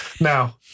Now